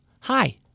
Hi